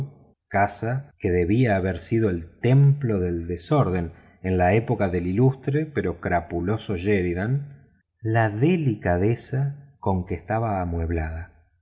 casa que debía haber sido el templo del desorden en la época del ilustre pero crapuloso sheridan la delicadeza con que estaba amueblada